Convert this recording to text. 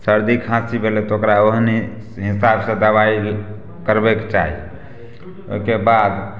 सर्दी खाँसी भेलै तऽ ओकरा ओहने हिसासँ दबाइ करबके चाही ओइके बाद